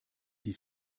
die